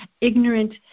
ignorant